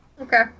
Okay